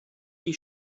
die